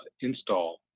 install